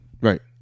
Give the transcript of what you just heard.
Right